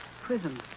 Prison